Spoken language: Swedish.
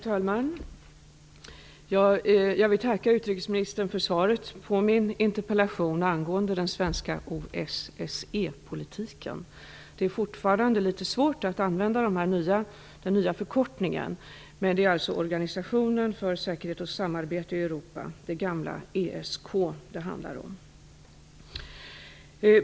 Herr talman! Jag vill tacka utrikesministern för svaret på min interpellation angående den svenska OSSE-politiken. Det är fortfarande litet ovant att använda den nya förkortningen, men det är alltså Organisationen för säkerhet och samarbete i Europa, dvs. det gamla ESK, som det handlar om.